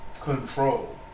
control